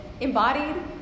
embodied